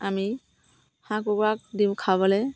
আমি হাঁহ কুকুৰাক দিওঁ খাবলৈ